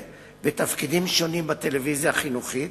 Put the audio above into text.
בתפקידים שונים בטלוויזיה החינוכית